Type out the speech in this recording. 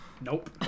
Nope